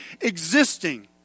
existing